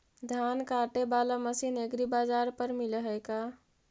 धान काटे बाला मशीन एग्रीबाजार पर मिल है का?